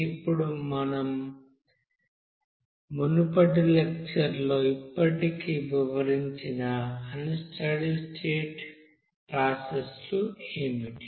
ఇప్పుడు మన మునుపటి లెక్చర్ లో ఇప్పటికే వివరించిన అన్ స్టడీ స్టేట్ ప్రాసెస్ లు ఏమిటి